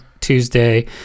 Tuesday